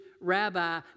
rabbi